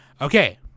Okay